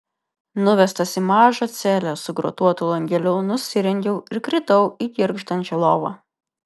nuvestas į mažą celę su grotuotu langeliu nusirengiau ir kritau į girgždančią lovą